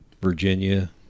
virginia